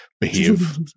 behave